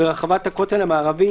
ברחבת הכותל המערבי,